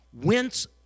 Whence